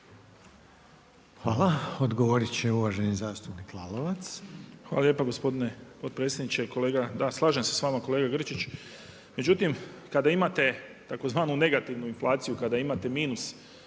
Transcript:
Hvala. Odgovoriti će uvaženi zastupnik Lalovac. **Lalovac, Boris (SDP)** Hvala lijepa gospodin potpredsjedniče. Da, slažem se s vama, kolega Grčić, međutim kada imate tzv. negativnu inflaciju, kada imate minus,